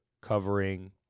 covering